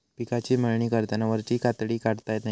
पिकाची मळणी करताना वरची कातडी काढता नये